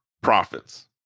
profits